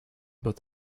about